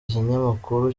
kinyamakuru